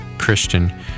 Christian